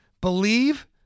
believe